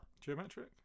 geometric